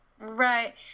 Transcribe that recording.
right